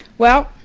well,